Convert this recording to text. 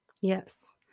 Yes